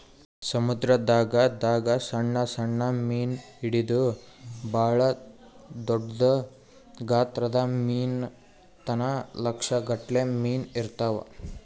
ಸಮುದ್ರದಾಗ್ ದಾಗ್ ಸಣ್ಣ್ ಸಣ್ಣ್ ಮೀನ್ ಹಿಡದು ಭಾಳ್ ದೊಡ್ಡ್ ಗಾತ್ರದ್ ಮೀನ್ ತನ ಲಕ್ಷ್ ಗಟ್ಲೆ ಮೀನಾ ಇರ್ತವ್